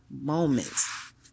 moments